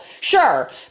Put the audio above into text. sure